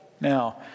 Now